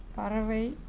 பறவை